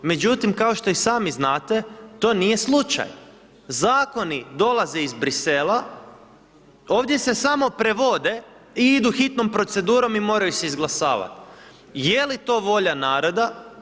Međutim, kao što i sami znate, to nije slučaj, zakoni dolaze iz Brisela, ovdje se samo prevode i idu hitnom procedurom i moraju se izglasavati, je li to volja naroda?